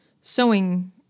sewing